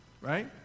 Right